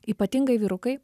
ypatingai vyrukai